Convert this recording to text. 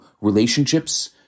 relationships